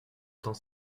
temps